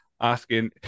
asking